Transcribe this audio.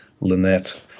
Lynette